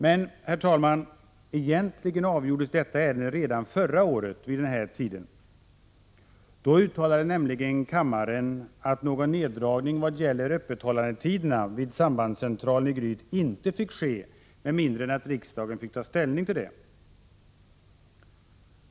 Men egentligen avgjordes detta ärende redan förra året vid den här tiden. Då uttalade nämligen kammaren att någon neddragning i vad gäller öppethållandetiderna vid sambandscentralen i Gryt inte fick ske med mindre än att riksdagen fick ta ställning till saken.